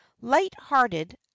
light-hearted